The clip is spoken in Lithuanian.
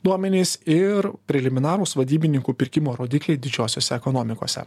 duomenys ir preliminarūs vadybininkų pirkimo rodikliai didžiosiose ekonomikose